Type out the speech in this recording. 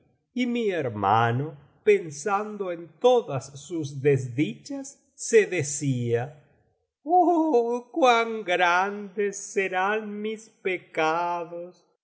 y mi hermano pensando en todas sus desdichas se decía oh cuan grandes serán mis pecados